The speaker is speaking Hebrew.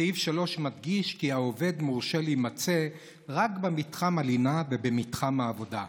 סעיף 3 מדגיש כי העובד מורשה להימצא רק במתחם הלינה ובמתחם העבודה.